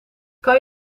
kan